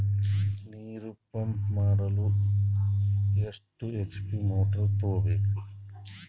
ನೀರು ಪಂಪ್ ಮಾಡಲು ಎಷ್ಟು ಎಚ್.ಪಿ ಮೋಟಾರ್ ತಗೊಬೇಕ್ರಿ?